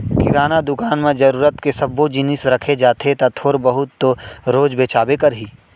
किराना दुकान म जरूरत के सब्बो जिनिस रखे जाथे त थोर बहुत तो रोज बेचाबे करही